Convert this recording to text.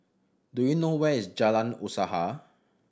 do you know where is Jalan Usaha